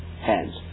hands